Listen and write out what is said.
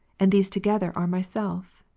and these together are myself.